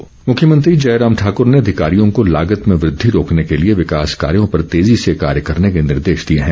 मुख्यमंत्री मुख्यमंत्री जयराम ठाकुर ने अधिकारियों को लागत में वृद्धि रोकने के लिए विकास कार्यों पर तेजी से कार्य करने के निर्देश दिए हैं